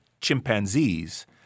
chimpanzees